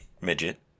midget